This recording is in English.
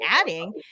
adding